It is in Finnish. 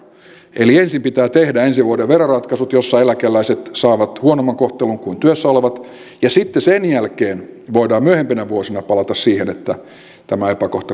eli ensin pitää tehdä ensi vuoden veroratkaisut joissa eläkeläiset saavat huonomman kohtelun kuin työssä olevat ja sitten sen jälkeen voidaan myöhempinä vuosina palata siihen että tämä epäkohta korjataan